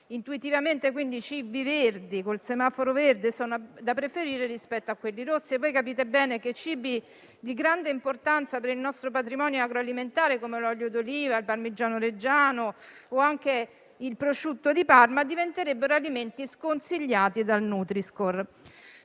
Intuitivamente, quindi, cibi verdi, ossia col semaforo verde, sono da preferire rispetto a quelli rossi. Capite bene che cibi di grande importanza per il nostro patrimonio agroalimentare, come l'olio d'oliva, il parmigiano reggiano o anche il prosciutto di Parma, diventerebbero alimenti sconsigliati dal nutri-score.